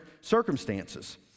circumstances